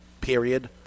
period